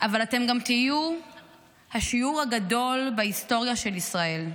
אבל אתם גם תהיו השיעור הגדול בהיסטוריה של ישראל.